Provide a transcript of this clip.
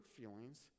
feelings